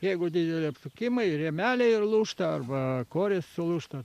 jeigu dideli apsukimai rėmeliai lūžta arba korys sulūžta